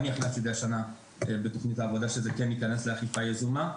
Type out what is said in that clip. אני הכנסתי את זה השנה בתוכנית העבודה שזה כן ייכנס לאכיפה יזומה.